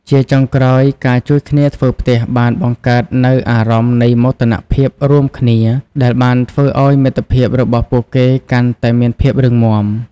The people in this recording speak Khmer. ជាចុងក្រោយ ការជួយគ្នាធ្វើផ្ទះបានបង្កើតនូវអារម្មណ៍នៃមោទនភាពរួមគ្នាដែលបានធ្វើឱ្យមិត្តភាពរបស់ពួកគេកាន់តែមានភាពរឹងមាំ។